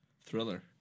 Thriller